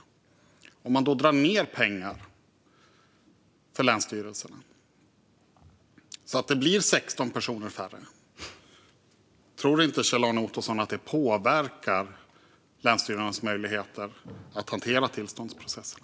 Tror inte Kjell-Arne Ottosson att mindre pengar till länsstyrelserna, så att det blir 16 personer färre, påverkar deras möjligheter att hantera tillståndsprocesserna?